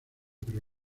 pero